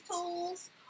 tools